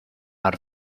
out